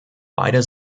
beide